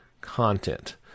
Content